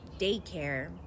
daycare